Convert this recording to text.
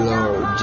Lord